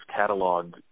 cataloged